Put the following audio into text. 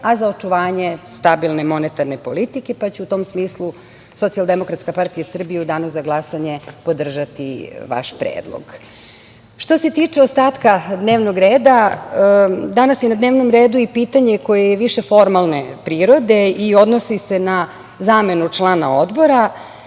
a za očuvanje stabilne monetarne politike, pa će u tom smislu Socijaldemokratska partija Srbije u danu za glasanje podržati vaš predlog. Što se tiče ostatka dnevnog reda, danas je na dnevnom redu i pitanje koje je više formalne prirode i odnosi se na zamenu člana Odbora.